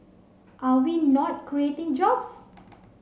are we not creating jobs